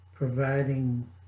Providing